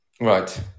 Right